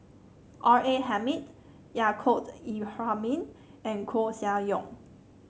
R A Hamid Yaacob Ibrahim and Koeh Sia Yong